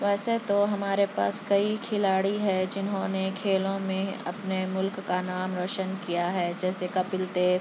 ویسے تو ہمارے پاس کئی کھلاڑی ہیں جنہوں نے کھیلوں میں اپنے مُلک کا نام روشن کیا ہے جیسے کپل دیو